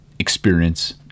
experience